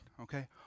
okay